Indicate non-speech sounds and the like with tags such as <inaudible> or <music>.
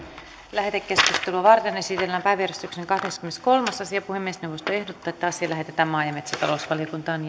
lähetekeskustelua varten esitellään päiväjärjestyksen kahdeskymmeneskolmas asia puhemiesneuvosto ehdottaa että asia lähetetään maa ja metsätalousvaliokuntaan <unintelligible>